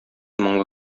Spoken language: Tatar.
моңлы